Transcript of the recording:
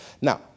Now